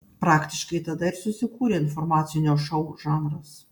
praktiškai tada ir susikūrė informacinio šou žanras